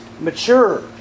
mature